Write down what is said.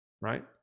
right